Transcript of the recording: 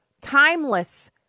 timeless